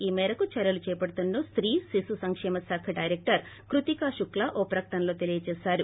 ఈ మేరకు చర్యలు చేపడుతున్నట్లు స్తీ శిశు సంక్షేమ శాఖ డైరెక్లర్ కృతిక శుక్లా ఓ ప్రకటనలో తెలిపారు